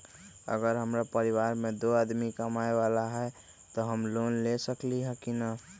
अगर हमरा परिवार में दो आदमी कमाये वाला है त हम लोन ले सकेली की न?